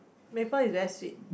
maple is very sweet